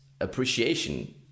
appreciation